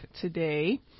today